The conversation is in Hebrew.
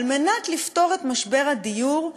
כדי לפתור את משבר הדיור,